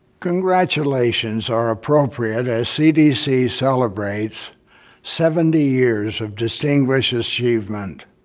congratulations are appropriate as cdc celebrates seventy years of distinguished achievement.